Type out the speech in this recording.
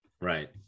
Right